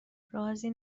رازی